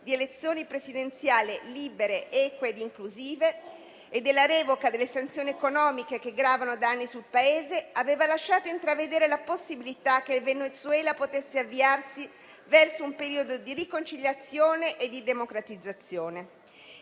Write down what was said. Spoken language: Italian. di elezioni presidenziali libere, eque ed inclusive e della revoca delle sanzioni economiche che gravano da anni sul Paese, aveva lasciato intravedere la possibilità che in Venezuela potesse avviarsi verso un periodo di riconciliazione e di democratizzazione.